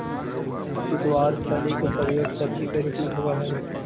गवारफली के प्रयोग सब्जी के रूप में होवऽ हइ